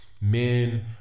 men